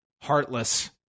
heartless